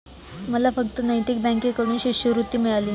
मला फक्त नैतिक बँकेकडून शिष्यवृत्ती मिळाली